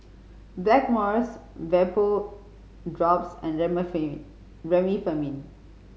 Blackmores Vapodrops and Remifemin